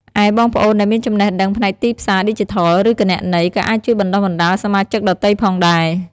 ឯ បងប្អូនដែលមានចំណេះដឹងផ្នែកទីផ្សារឌីជីថល ឬគណនេយ្យ ក៏អាចជួយបណ្តុះបណ្តាលសមាជិកដទៃផងដែរ។